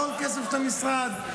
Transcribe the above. הכול כסף של המשרד.